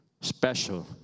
special